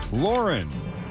Lauren